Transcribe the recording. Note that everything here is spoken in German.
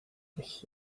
mich